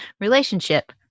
relationship